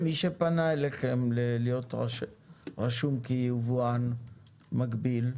מי שפנה אליכם להיות רשום כיבואן מקביל,